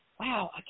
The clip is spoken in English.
Wow